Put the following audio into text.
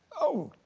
oh,